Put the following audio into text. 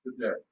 today